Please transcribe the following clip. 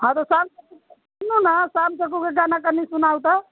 हँ तऽ सुनू नऽ सामचकके गाना कनि सुनाउ तऽ